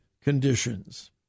conditions